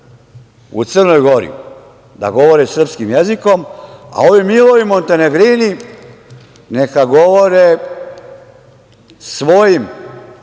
u Crnoj Gori da govore srpskim jezikom, a ovi Milovi montenegrini nega govore svojim